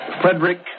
Frederick